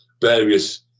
various